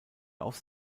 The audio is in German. aufs